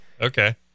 Okay